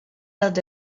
held